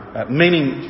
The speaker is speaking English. Meaning